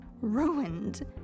ruined